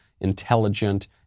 intelligent